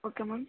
okay ma'am